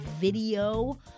video